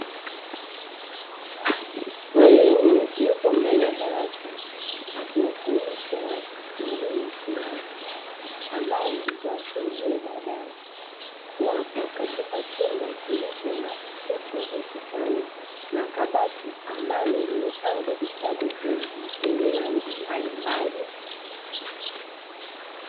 Mwalimu yupo mbele ya darasa, akiwafundisha watu elimu isiyo rasmi, ambayo itawasaidia baadaye, wapo katika chumba kilicho na picha za ukutani na akabati nimepangwa vitabu vingi vyenye rangi mbalimbali.